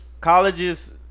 colleges